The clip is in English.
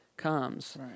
comes